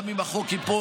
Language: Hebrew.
גם אם החוק ייפול,